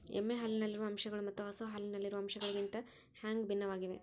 ಎಮ್ಮೆ ಹಾಲಿನಲ್ಲಿರುವ ಅಂಶಗಳು ಮತ್ತ ಹಸು ಹಾಲಿನಲ್ಲಿರುವ ಅಂಶಗಳಿಗಿಂತ ಹ್ಯಾಂಗ ಭಿನ್ನವಾಗಿವೆ?